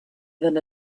than